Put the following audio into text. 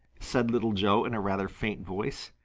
said little joe in a rather faint voice.